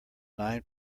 nine